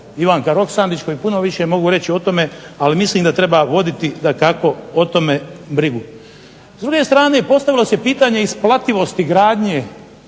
Ivanka Roksandić, koji puno više mogu reći o tome, ali mislim da treba voditi dakako o tome brigu. S druge strane postavilo se pitanje isplativosti gradnje